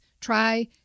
Try